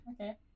Okay